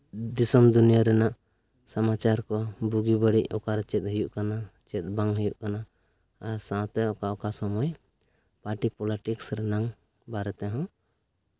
ᱫᱤᱥᱚᱢ ᱫᱩᱱᱤᱭᱟᱹ ᱨᱮᱱᱟᱜ ᱥᱚᱢᱟᱪᱟᱨ ᱠᱚ ᱵᱩᱜᱤ ᱵᱟᱹᱲᱤᱡ ᱚᱠᱟᱨᱮ ᱪᱮᱫ ᱦᱩᱭᱩᱜ ᱠᱟᱱᱟ ᱪᱮᱫ ᱵᱟᱝ ᱦᱩᱭᱩᱜ ᱠᱟᱱᱟ ᱥᱟᱶᱛᱮ ᱚᱠᱟ ᱚᱠᱟ ᱥᱚᱢᱚᱭ ᱯᱟᱨᱴᱤ ᱯᱳᱯᱮᱴᱤᱠᱥ ᱨᱮᱱᱟᱝ ᱵᱟᱨᱮ ᱛᱮᱦᱚᱸ